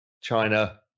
China